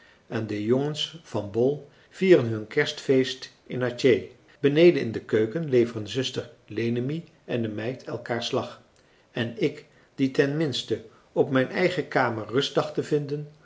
en de jongens van bol vieren hun kerstfeest in atjeh beneden in de keuken leveren zuster lenemie en de meid elkaar slag en ik die ten minste op mijn eigen kamer rust dacht te vinden